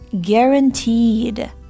guaranteed